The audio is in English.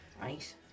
Right